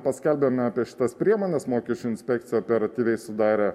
paskelbiame apie šitas priemones mokesčių inspekcija operatyviai sudarė